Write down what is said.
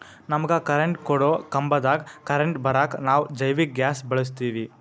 ನಮಗ ಕರೆಂಟ್ ಕೊಡೊ ಕಂಬದಾಗ್ ಕರೆಂಟ್ ಬರಾಕ್ ನಾವ್ ಜೈವಿಕ್ ಗ್ಯಾಸ್ ಬಳಸ್ತೀವಿ